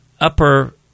upper